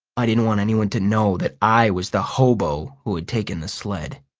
i didn't want anyone to know that i was the hobo who had taken the sled.